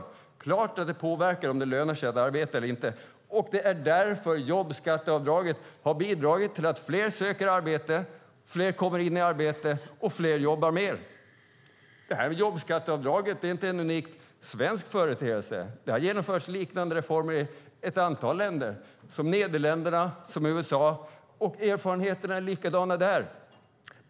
Det är klart att det påverkar om det lönar sig att arbeta eller inte. Det är därför jobbskatteavdraget har bidragit till att fler söker arbete, fler kommer in i arbete och fler jobbar mer. Jobbskatteavdraget är inte en unikt svensk företeelse. Det har genomförts liknande reformer i ett antal länder, som Nederländerna och USA, och erfarenheterna är likadana där.